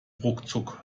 ruckzuck